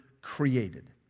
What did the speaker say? created